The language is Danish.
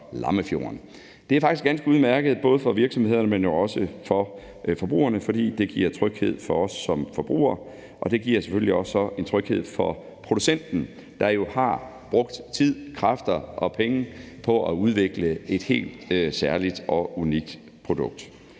Det er faktisk ganske udmærket, både for virksomhederne, men jo også for forbrugerne, fordi det giver tryghed for os som forbrugere, og det giver selvfølgelig også en tryghed for producenten, der har brugt tid, kræfter og penge på at udvikle et helt særligt og unikt produkt.